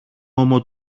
ώμο